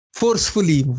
forcefully